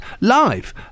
live